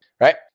right